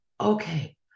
okay